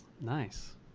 Nice